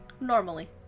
Normally